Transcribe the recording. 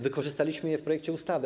Wykorzystaliśmy je w projekcie ustawy.